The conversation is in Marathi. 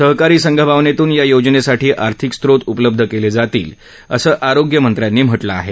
सहकारी संघभावनेतून या योजनेसाठी आर्थिक स्रोत उपलब्ध केले जातील असं आरोग्यमंत्र्यांनी म्हटलं आहे